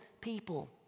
people